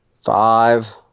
five